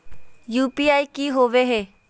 UPI की होवे है?